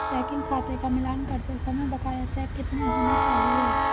Checking खाते का मिलान करते समय बकाया चेक कितने होने चाहिए?